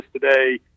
today